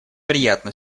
приятно